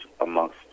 amongst